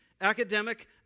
academic